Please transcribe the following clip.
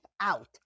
out